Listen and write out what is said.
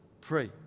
pray